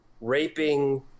raping